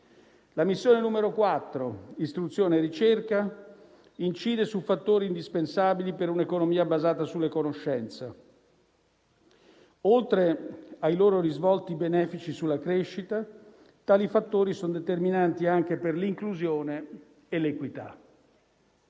La missione 4, "Istruzione e ricerca", incide su fattori indispensabili per un'economia basata sulla conoscenza. Oltre ai loro risvolti benefici sulla crescita, tali fattori sono determinanti anche per l'inclusione e l'equità.